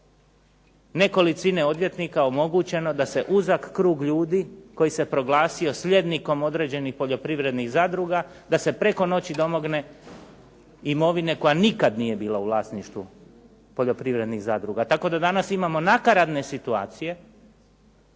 nekolicine odvjetnika omogućeno da se uzak krug ljudi koji se proglasio slijednikom određenih poljoprivrednih zadruga, da se preko noći domogne imovine koja nikad nije bila u vlasništvu poljoprivrednih zadruga. Tako da danas imamo nakaradne situacije